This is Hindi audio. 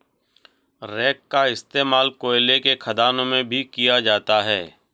रेक का इश्तेमाल कोयले के खदानों में भी किया जाता है